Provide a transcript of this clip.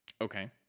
Okay